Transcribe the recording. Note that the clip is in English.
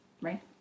right